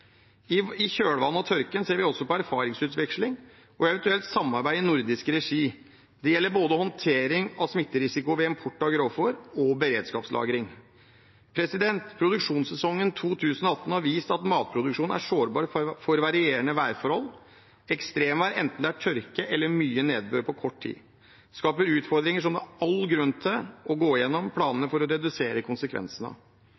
I kjølvannet av tørken ser vi også på erfaringsutveksling og eventuelt samarbeid i nordisk regi. Det gjelder både håndtering av smitterisiko ved import av grovfôr og beredskapslagring. Produksjonssesongen 2018 har vist at matproduksjonen er sårbar for varierende værforhold. Ekstremvær – enten det er tørke eller mye nedbør på kort tid – skaper utfordringer som det er all grunn til å gå